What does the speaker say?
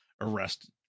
arrested